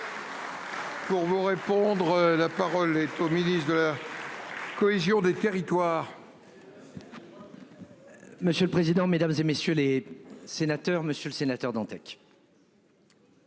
Pour vous répondre. La parole est aux milices de air. Cohésion des territoires.